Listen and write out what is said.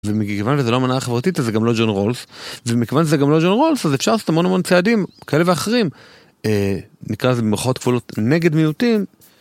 ומכיוון זה לא מנהל חברתית אז זה גם לא ג'ון רולס ומכיוון זה גם לא ג'ון רולס אז אפשר לעשות המון המון צעדים כאלה ואחרים נקרא לזה מירכאות כפולות נגד מיעוטים.